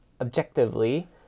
objectively